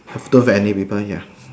after any people here